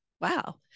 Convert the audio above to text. wow